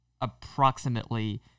approximately